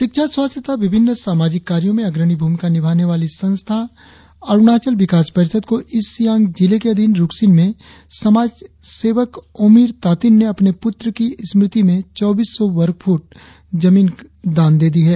शिक्षा स्वास्थ्य तथा विभिन्न सामाजिक कार्यों में अग्रणी भूमिका निभाने वाली संस्था अरुणाचल विकास परिषद को ईस्ट सियांग जिले के अधिन रुकसिन में समाज सेवक ओमिर तातिन ने अपने पुत्र की स्मृति में चौबीस सौ वर्ग फुट जमीन का दान दी है